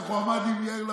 איך הוא אמר, עם יאיר לפיד?